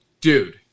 Dude